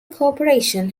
corporation